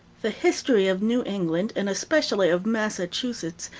the history of new england, and especially of massachusetts,